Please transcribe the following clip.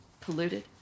polluted